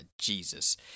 Jesus